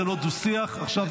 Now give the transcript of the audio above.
זה לא דו-שיח, עכשיו הזמן שלו.